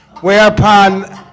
whereupon